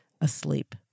asleep